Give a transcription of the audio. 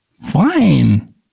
fine